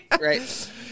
Right